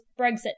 Brexit